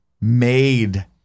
made